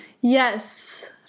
yes